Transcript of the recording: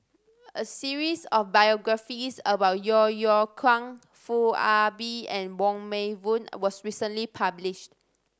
a series of biographies about Yeo Yeow Kwang Foo Ah Bee and Wong Meng Voon was recently published